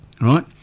right